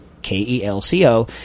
K-E-L-C-O